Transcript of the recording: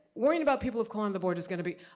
worrying about people of color on the board is gonna be,